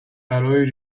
برای